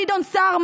גדעון סער,